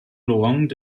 laurent